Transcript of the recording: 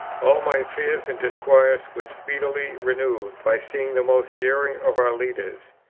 all my fears and disquiets were speedily renewed by seeing the most daring of our leaders,